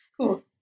Cool